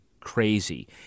crazy